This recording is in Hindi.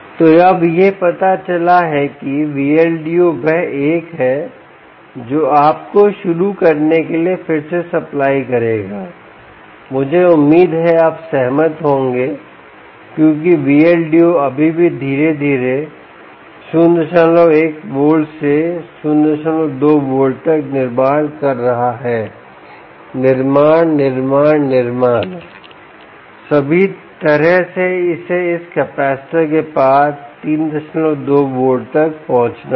तो अब यह पता चला है किVldo वह एक है जो आपको शुरू करने के लिए फिर से सप्लाई करेगा मुझे उम्मीद है आप सहमत होंगे क्योंकि Vldo अभी भी धीरे धीरे 01 वोल्ट से 02 वोल्ट तक निर्माण कर रहा है निर्माण निर्माण निर्माण सभी तरह से इसे इस कैपेसिटर के पार 32 वोल्ट तक पहुंचना है